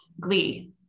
glee